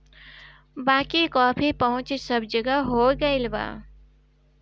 बाकी कॉफ़ी पहुंच सब जगह हो गईल बा